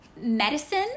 medicine